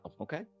okay